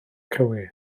cywydd